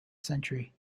century